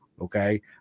okay